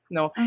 No